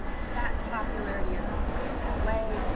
that popularity isn't going to go away.